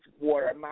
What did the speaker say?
water